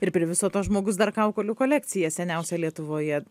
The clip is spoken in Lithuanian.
ir prie viso to žmogus dar kaukolių kolekciją seniausią lietuvoje